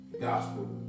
gospel